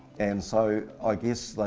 and so i guess, like